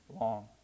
long